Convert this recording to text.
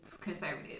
Conservative